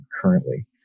currently